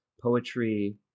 poetry